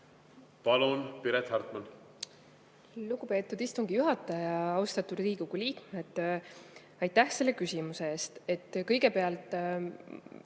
Palun, Piret Hartman!